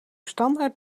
standaard